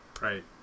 right